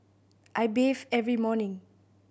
I bathe every morning